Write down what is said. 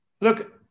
Look